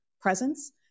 presence